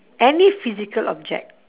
any physical object